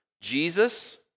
Jesus